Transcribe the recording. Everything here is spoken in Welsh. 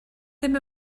ddim